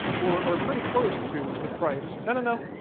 or or pretty close to the price. no, no,